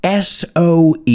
SOE